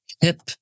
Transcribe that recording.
hip